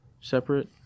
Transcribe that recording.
separate